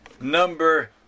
number